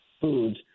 foods